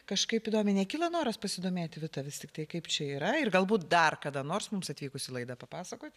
kažkaip įdomiai nekilo noras pasidomėti vita visi tie kaip čia yra ir galbūt dar kada nors mums atvykus į laidą papasakoti